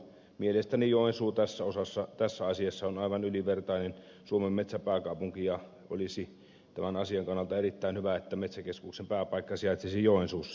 mielestäni joensuu tässä asiassa on aivan ylivertainen suomen metsäpääkaupunki ja olisi tämän asian kannalta erittäin hyvä että metsäkeskuksen pääpaikka sijaitsisi joensuussa